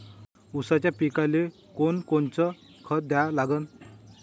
ऊसाच्या पिकाले कोनकोनचं खत द्या लागन?